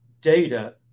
data